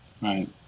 right